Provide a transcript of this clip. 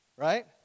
right